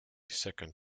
second